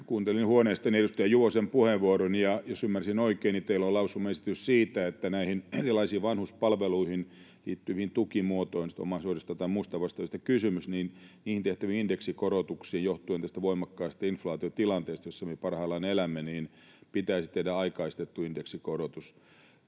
Kuuntelin huoneestani edustaja Juvosen puheenvuoron, ja jos ymmärsin oikein, niin teillä on lausumaesitys siitä, että erilaisiin vanhuspalveluihin liittyvään tukimuotoon — tai muihin vastaaviin tehtäviin indeksikorotuksiin, johtuen tästä voimakkaasta inflaation tilanteesta, jossa me parhaillaan elämme — pitäisi tehdä aikaistettu indeksikorotus.